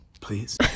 please